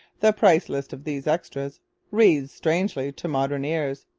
the price-list of these extras reads strangely to modern ears.